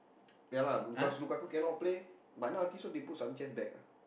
yeah lah because Lukaku cannot play but now I think so they put Sanchez back ah